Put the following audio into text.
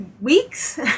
weeks